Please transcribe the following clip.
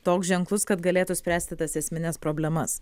toks ženklus kad galėtų spręsti tas esmines problemas